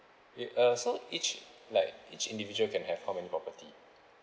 eh uh so each like each individual can have how many property